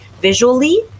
visually